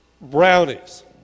brownies